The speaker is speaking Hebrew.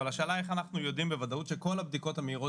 אבל השאלה איך אנחנו יודעים בוודאות שכל הבדיקות המהירות